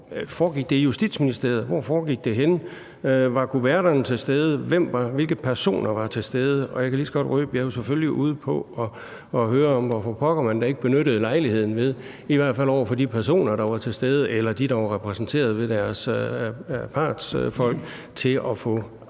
der var, i Justitsministeriet? Hvorhenne foregik det? Var kuverterne til stede? Hvilke personer var til stede? Og jeg kan jo selvfølgelig lige så godt røbe, at jeg er ude på at høre om, hvorfor pokker man da ikke benyttede lejligheden, i hvert fald over for de personer, der var til stede, eller dem, der var repræsenteret ved deres partsfolk, til at få åbnet